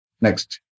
Next